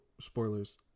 spoilers